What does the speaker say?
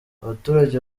abaturage